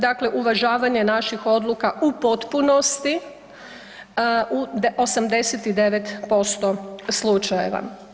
Dakle uvažavanje naših odluka u potpunosti u 89% slučajeva.